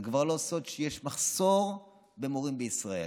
זה כבר לא סוד שיש מחסור במורים בישראל,